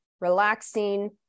relaxing